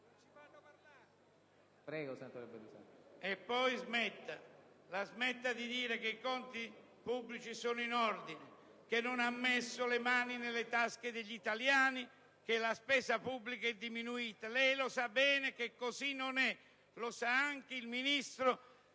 E poi, la smetta di dire che i conti pubblici sono in ordine, che non ha messo le mani nelle tasche degli italiani, che la spesa pubblica è diminuita: lei sa bene che così non è. Lo sa anche il Ministro